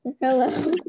Hello